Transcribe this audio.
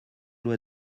loi